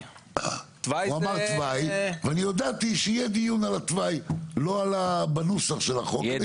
ואני הודעתי שיהיה דיון על התוואי בנוסח של החוק.